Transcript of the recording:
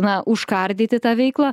na užkardyti tą veiklą